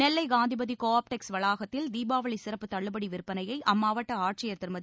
நெல்லை Kanthimathi Cooptex வளாகத்தில் தீபாவளி சிறப்பு தள்ளுபடி விற்பனையை அம்மாவட்ட ஆட்சியர் திருமதி